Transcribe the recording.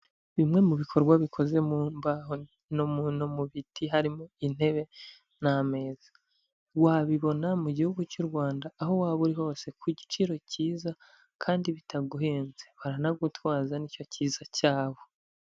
Bimwe mu bikorwa bikoze mu mbaho no mu biti harimo intebe n'ameza, wabibona mu gihugu cy'u Rwanda aho waba uri hose ku giciro cyiza kandi bitaguhenze baranagutwaza nicyo cyiza cyabo.